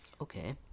Okay